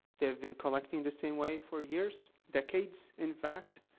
they have been collecting the same way for years, decades, in fact.